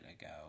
ago